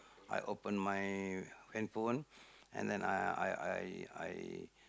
I open my handphone and then I I I I